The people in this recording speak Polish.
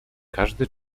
każdy